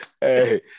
Hey